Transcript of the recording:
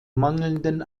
mangelnden